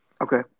Okay